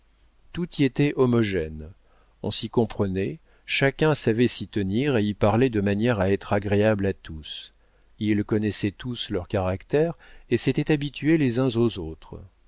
tout y était homogène on s'y comprenait chacun savait s'y tenir et y parler de manière à être agréable à tous ils connaissaient tous leurs caractères et s'étaient habitués les uns aux autres